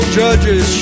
judges